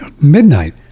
midnight